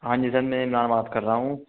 ہاں جی سر میں عمران بات کر رہا ہوں